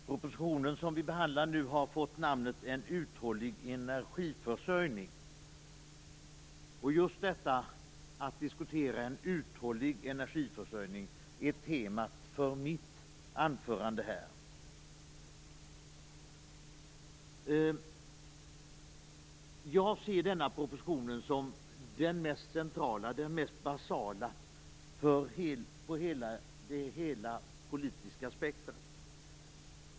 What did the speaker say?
Herr talman! Propositionen som vi nu behandlar har fått namnet En uthållig energiförsörjning. En uthållig energiförsörjning är också temat för mitt anförande. Jag ser denna proposition som den mest centrala, mest basala för hela det politiska spektrumet.